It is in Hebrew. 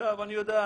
עכשיו אני יודע,